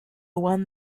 one